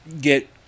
get